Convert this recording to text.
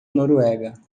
noruega